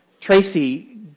Tracy